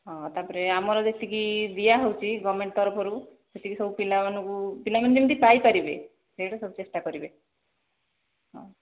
ହଁ ତା'ପରେ ଆମର ଯେତିକି ଦିଆହେଉଛି ଗଭର୍ଣ୍ଣମେଣ୍ଟ ତରଫରୁ ସେତିକି ସବୁ ପିଲାମାନଙ୍କୁ ପିଲାମାନେ ଯେମିତି ପାଇପାରିବେ ସେଇଟା ସବୁ ଚେଷ୍ଟା କରିବେ ହଁ